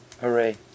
hooray